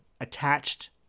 attached